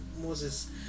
Moses